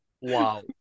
Wow